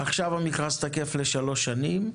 עכשיו המכרז תקף לשלוש שנים,